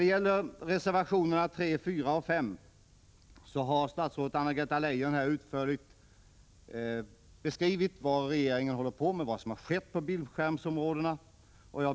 Beträffande reservationerna 3, 4 och 5 vill jag hänvisa till att statsrådet Anna-Greta Leijon utförligt har beskrivit vad regeringen håller på med och vad som har skett på bildskärmsområdet.